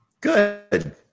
Good